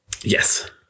Yes